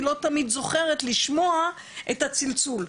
היא לא תמיד זוכרת לשמוע את הצלצול.